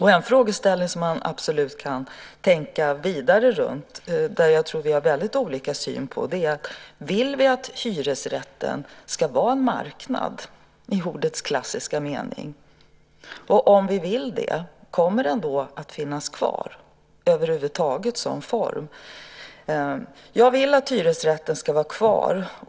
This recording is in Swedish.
En frågeställning som man absolut kan tänka vidare runt - och där jag tror att vi har väldigt olika syn - är: Vill vi att hyresrätten ska vara en marknad i ordets klassiska mening? Om vi vill det, kommer den då över huvud taget att finnas kvar som form? Jag vill att hyresrätten ska vara kvar.